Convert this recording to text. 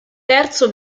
terzo